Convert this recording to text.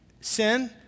sin